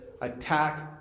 attack